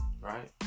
right